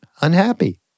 unhappy